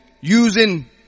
using